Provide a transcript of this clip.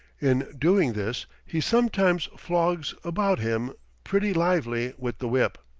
in doing this he sometimes flogs about him pretty lively with the whip.